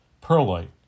Perlite